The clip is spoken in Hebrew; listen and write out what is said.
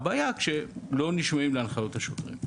הבעיה היא כשלא נשמעים להנחיות השוטרים.